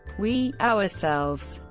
we, ourselves,